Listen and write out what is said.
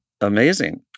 amazing